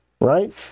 right